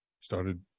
started